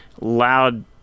Loud